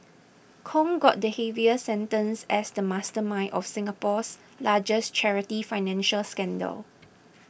Kong got the heaviest sentence as the mastermind of Singapore's largest charity financial scandal